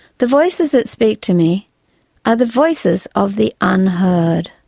the voices that speak to me are the voices of the unheard.